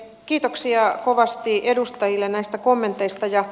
kiitoksia kovasti edustajille näistä kommenteista